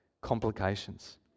complications